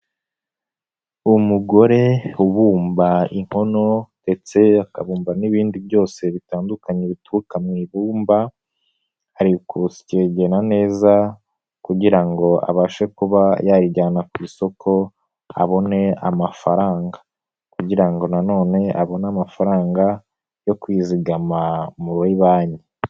Umugore ubumba inkono, ndetse akabumba n'ibindi byose bitandukanye bituruka mu ibumba. Ari kusyegena neza kugira ngo abashe kuba yayijyana ku isoko abone amafaranga kugira ngo nanone abone amafaranga yo kwizigama muri banki.